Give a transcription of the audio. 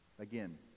again